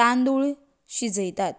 तांदूळ शिजयतात